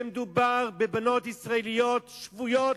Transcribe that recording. שמדובר בבנות ישראליות שבויות